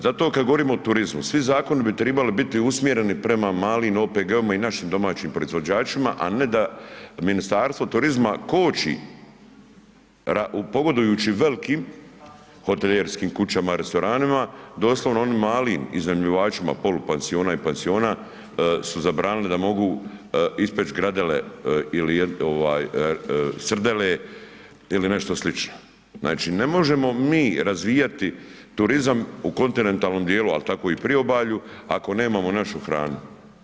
Zato kad govorimo o turizmu, svi zakoni bi tribali biti usmjereni prema malim OPG-ovima i našim domaćim proizvođačima, a ne da Ministarstvo turizma koči, pogodujući velikim hotelijerskim kućama, restoranima, doslovno onim malim iznajmljivačima polupansiona i pansiona su zabranili da mogu ispeći gradele ili srdele ili nešto slično, znači ne možemo mi razvijati turizam u kontinentalnom ali tako i priobalju ako nemamo našu hranu.